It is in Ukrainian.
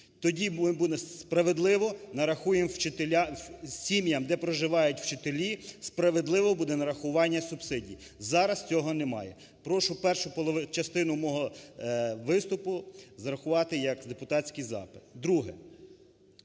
вчителі, справедливе буде нарахування субсидій. Зараз цього немає. Прошу першу частину мого виступу зарахувати як депутатський запит.